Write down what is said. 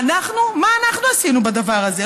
ואנחנו, מה אנחנו עשינו בדבר הזה?